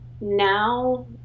now